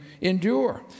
endure